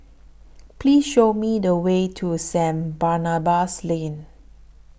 Please Show Me The Way to Saint Barnabas Lane